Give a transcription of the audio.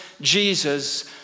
Jesus